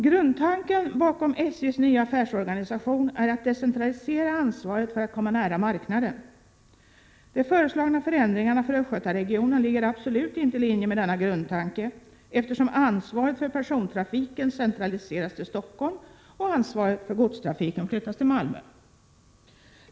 Grundtanken bakom SJ:s nya affärsorganisation är att decentralisera ansvaret för att komma nära marknaden. De föreslagna förändringarna för Östgötaregionen ligger absolut inte i linje med denna grundtanke, eftersom ansvaret för persontrafiken centraliseras till Stockholm och ansvaret för godstrafiken flyttas till Malmö.